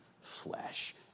flesh